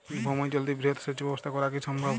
ভৌমজল দিয়ে বৃহৎ সেচ ব্যবস্থা করা কি সম্ভব?